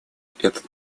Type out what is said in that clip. этот